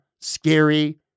scary